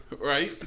Right